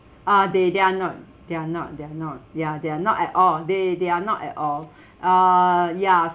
uh they they're not they're not they're not ya they are not at all they they are not at all uh ya